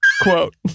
quote